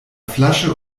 flasche